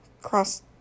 cross